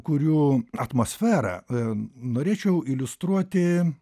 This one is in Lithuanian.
kurių atmosferą norėčiau iliustruoti